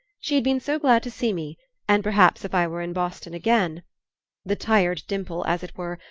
she had been so glad to see me and perhaps if i were in boston again the tired dimple, as it were,